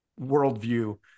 worldview